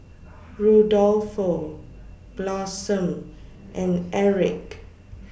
Rudolfo Blossom and Erich